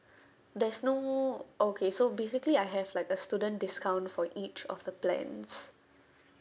there's no okay so basically I have like a student discount for each of the plans